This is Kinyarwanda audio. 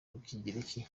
rw’ikigereki